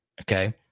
Okay